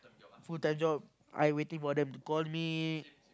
full time job I waiting for them to call me